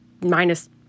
minus